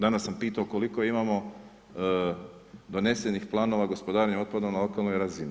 Danas sam pitao koliko imamo donesenih planova gospodarenja otpadom na lokalnoj razini.